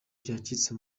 byacitse